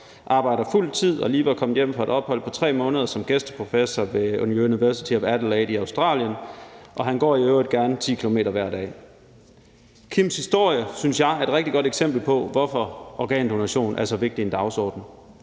arbejder på fuld tid og lige var kommet hjem fra et ophold på 3 måneder som gæsteprofessor ved University of Adelaide i Australien, og at han i øvrigt gerne går 10 km hver dag. Kims historie synes jeg er et rigtig godt eksempel på, hvorfor organdonation er så vigtig en dagsorden.